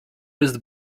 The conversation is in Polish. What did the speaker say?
jest